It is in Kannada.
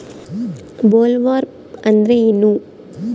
ಬೊಲ್ವರ್ಮ್ ಅಂದ್ರೇನು?